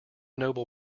nobel